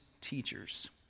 teachers